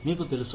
మీకు తెలుసా